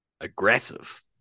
Aggressive